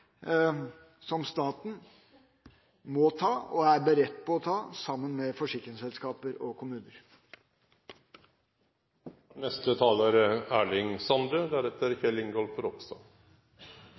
som staten må ta, og er beredt på å ta sammen med forsikringsselskaper og kommuner. Klimaet er